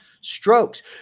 strokes